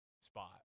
spot